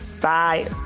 Bye